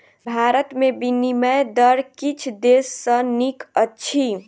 भारत में विनिमय दर किछ देश सॅ नीक अछि